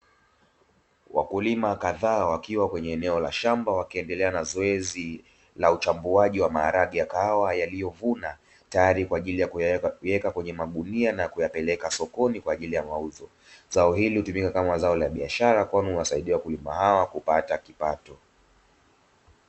Wakulima kadhaa wakiwa kwenye eneo la shamba wakiendelea na zoezi la uchambuaji wa maharage ya kahawa, yaliyovuna tayari kwa ajili ya kuyaweka kuiweka kwenye magunia na kuyapeleka sokoni kwa ajili ya mauzo zao hili hutumika kama zao la biashara kwani uwasaidie wakulima hawa kupata kipato.